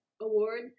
Award